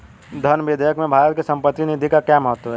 धन विधेयक में भारत की संचित निधि का क्या महत्व है?